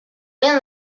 rien